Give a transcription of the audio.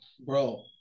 Bro